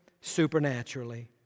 supernaturally